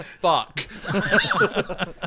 Fuck